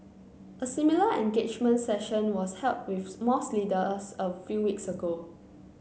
a similar engagement session was held with mosque leaders a few weeks ago